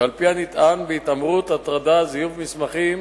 ועל-פי הנטען, בהתעמרות, הטרדה, זיוף מסמכים,